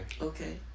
Okay